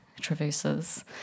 traverses